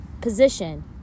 position